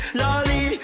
lolly